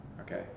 Okay